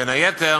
בין היתר